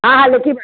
हा हा लिखी वठो